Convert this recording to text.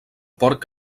porc